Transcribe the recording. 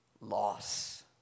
loss